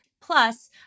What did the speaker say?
plus